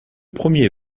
premier